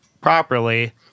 properly